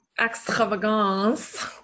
Extravagance